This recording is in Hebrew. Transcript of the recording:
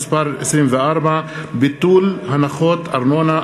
(מס' 24) (ביטול הנחות ארנונה),